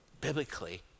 biblically